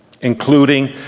Including